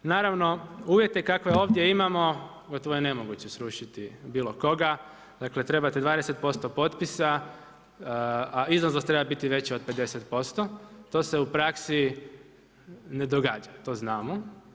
Naravno uvjete kakve ovdje imamo gotovo je nemoguće srušiti bilo koga, dakle trebate 20%, a izlaznost treba biti veća od 50%, to se u praksi ne događa, to znamo.